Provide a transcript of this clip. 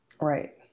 Right